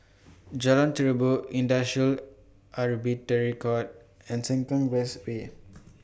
Jalan Terubok Industrial Arbitration Court and Sengkang West Way